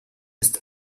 ist